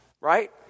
right